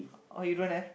oh you don't have